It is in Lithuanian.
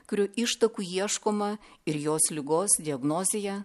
kurio ištakų ieškoma ir jos ligos diagnozėje